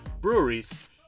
breweries